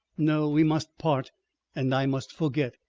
no! we must part and i must forget.